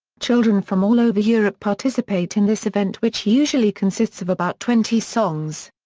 children from all over europe participate in this event which usually consists of about twenty songs.